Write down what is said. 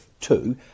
two